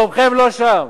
מקומכם לא שם.